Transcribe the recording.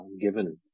given